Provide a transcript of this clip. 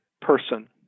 person